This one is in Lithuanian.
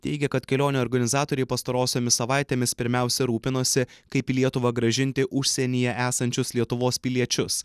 teigia kad kelionių organizatoriai pastarosiomis savaitėmis pirmiausia rūpinosi kaip į lietuvą grąžinti užsienyje esančius lietuvos piliečius